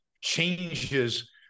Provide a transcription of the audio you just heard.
changes